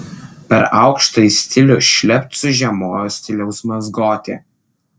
per aukštąjį stilių šlept su žemojo stiliaus mazgote